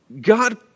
God